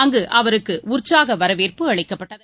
அங்குஅவருக்குஉற்சாகவரவேற்பு அளிக்கப்பட்டது